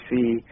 see